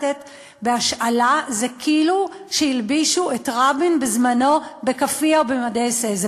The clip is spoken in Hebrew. בהשאלה זה כמו שהלבישו את רבין בזמנו בכאפיה ובמדי אס.אס,